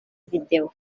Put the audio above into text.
video